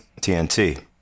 TNT